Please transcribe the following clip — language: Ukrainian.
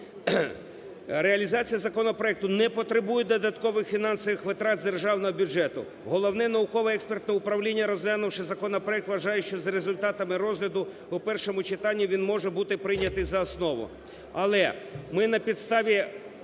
Реалізація законопроекту не потребує додаткових фінансових витрат з державного бюджету. Головне науково-експертне управління, розглянувши законопроект, вважає, що за результатами розгляду у першому читанні він може бути прийнятий за основу.